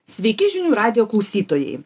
sveiki žinių radijo klausytojai